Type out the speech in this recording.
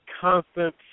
constant